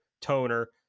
toner